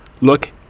Look